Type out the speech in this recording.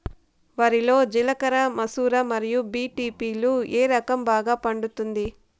వరి లో జిలకర మసూర మరియు బీ.పీ.టీ లు ఏ రకం బాగా పండుతుంది